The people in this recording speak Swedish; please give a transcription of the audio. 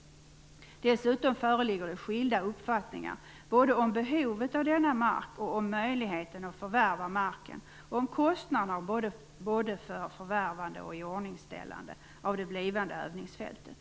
Dessutom föreligger skilda uppfattningar både om behovet av denna mark och om möjligheterna att förvärva marken. Det gäller också kostnaderna både för förvärvande och för iordningställande av det blivande övningsfältet.